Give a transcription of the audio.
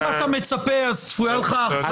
אם אתה מצפה אז צפויה לך אכזבה.